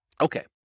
Okay